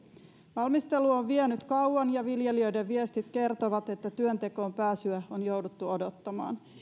valmistelu on vienyt kauan ja viljelijöiden viestit kertovat että työntekoon pääsyä on jouduttu odottamaan